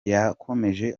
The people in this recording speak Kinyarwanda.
yakomeje